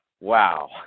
wow